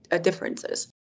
differences